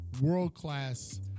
world-class